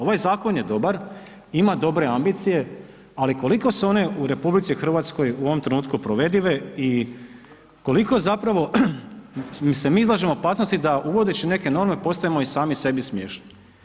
Ovaj zakon je dobar, ima dobre ambicije, ali koliko su one u RH u ovom trenutku provedive i koliko zapravo mi se izlažemo opasnosti da uvodeći neke norme postajemo i sami sebi smiješni.